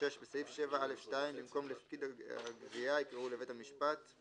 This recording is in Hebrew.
(6)בסעיף 7(א)(2) במקום "לפקיד הגביה" יקראו "לבית המשפט";